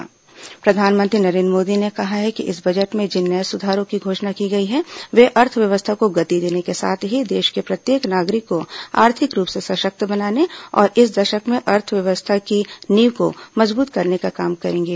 प्रधानमंत्री बजट प्रतिक्रिया प्रधानमंत्री नरेन्द्र मोदी ने कहा है कि इस बजट में जिन नए सुधारों की घोषणा की गई है वे अर्थव्यवस्था को गति देने के साथ ही देश के प्रत्येक नागरिक को आर्थिक रूप से सशक्त बनाने और इस दशक में अर्थव्यवस्था की नींव को मजबूत करने का काम करेंगे